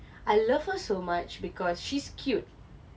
I love her so much because she's cute